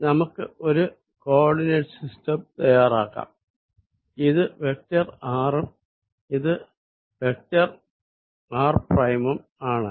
നമുക്ക് ഒരു coordinate system തയാറാക്കാം ഇത് വെക്ടർ r ഉം ഇത് വെക്ടർ r ഉം ആണ്